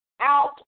out